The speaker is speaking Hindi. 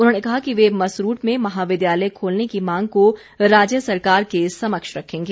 उन्होंने कहा कि वे मसरूड में महाविद्यालय खोलने की मांग को राज्य सरकार के समक्ष रखेंगे